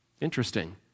Interesting